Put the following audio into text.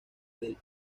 del